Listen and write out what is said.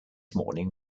morning